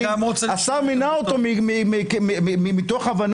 השר מינה אותו מתוך הבנה,